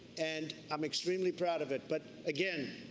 and i'm extremely proud of it. but again,